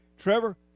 Trevor